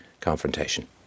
confrontation